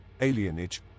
alienage